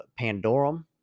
Pandorum